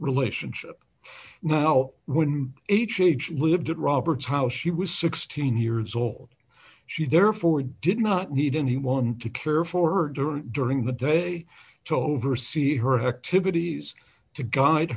relationship now when h h lived at robert's house she was sixteen years old she therefore did not need and he want to care for her during during the day to oversee her activities to guide